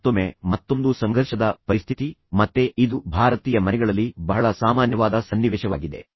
ಮತ್ತೊಮ್ಮೆ ಮತ್ತೊಂದು ಸಂಘರ್ಷದ ಪರಿಸ್ಥಿತಿ ಮತ್ತೆ ಇದು ಭಾರತೀಯ ಮನೆಗಳಲ್ಲಿ ಬಹಳ ಸಾಮಾನ್ಯವಾದ ಸನ್ನಿವೇಶವಾಗಿದೆ